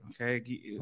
Okay